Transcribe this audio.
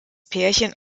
pärchen